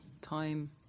time